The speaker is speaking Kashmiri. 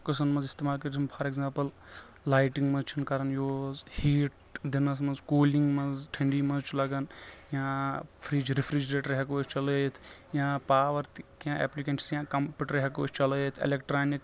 قٔصن منٛز استِمال کٔرِتھ فار ایگزامپل لایٹِنگ منٛز چھنہٕ کران یوٗز ہیٖٹ دِنس منٛز کوٗلِنگ منٛز ٹٔھنٛڈی منٛز چھُ لگان یا فرِج رِفِرجریٹر ہٮ۪کو أسۍ چلأوِتھ یا پاور تہِ یا کیٚنٛہہ اٮ۪پلِکٮ۪نٹٔس یا کمپیوٗٹر ہٮ۪کو أسۍ چلأوِتھ اٮ۪لٮ۪ٹرانِک